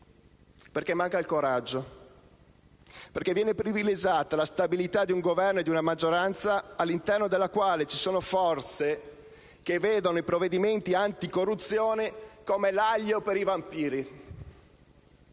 perché manca il coraggio e viene privilegiata la stabilità di un Governo e di una maggioranza all'interno della quale ci sono forze che vedono i provvedimenti anticorruzione come i vampiri